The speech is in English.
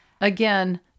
again